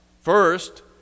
First